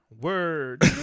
Word